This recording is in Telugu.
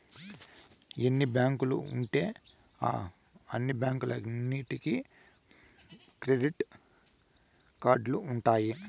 ఎన్ని బ్యాంకులు ఉంటే ఆ బ్యాంకులన్నీటికి క్రెడిట్ కార్డులు ఉంటాయి